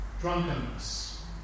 drunkenness